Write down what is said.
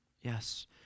Yes